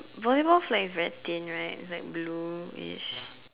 volleyball favourite team right is like blue ish